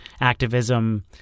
activism